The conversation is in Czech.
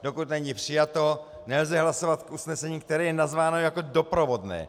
Dokud není přijato, nelze hlasovat k usnesení, které je nazváno jako doprovodné.